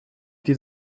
die